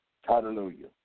Hallelujah